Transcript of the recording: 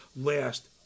last